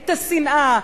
את השנאה,